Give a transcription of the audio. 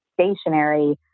stationary